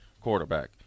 quarterback